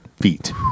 feet